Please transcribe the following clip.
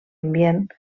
ambient